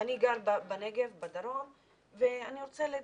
ואני גרה בדרום ואני רוצה להתנגד.